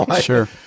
Sure